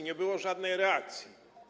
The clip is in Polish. Nie było żadnej reakcji.